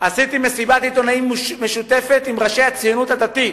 עשיתי מסיבת עיתונאים משותפת עם ראשי הציונות הדתית,